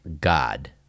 God